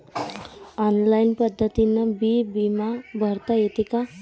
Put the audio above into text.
Online पद्धतीनं बी बिमा भरता येते का?